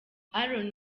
aaron